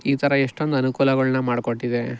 ಈ ಥರ ಎಷ್ಟೊಂದು ಅನುಕೂಲಗಳ್ನ ಮಾಡಿಕೊಟ್ಟಿದೆ